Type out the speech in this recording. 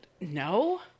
No